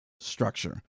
structure